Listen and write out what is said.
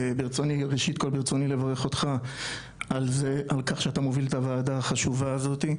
ראשית כל ברצוני לברך על כך שאתה מוביל את הועדה החשובה הזאת,